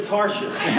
Tarshish